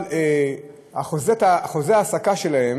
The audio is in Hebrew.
אבל בחוזה ההעסקה שלהם